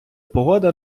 погода